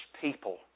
people